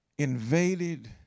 Invaded